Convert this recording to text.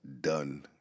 done